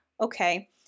Okay